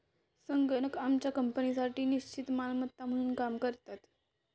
संगणक आमच्या कंपनीसाठी निश्चित मालमत्ता म्हणून काम करतात